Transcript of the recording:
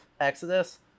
Exodus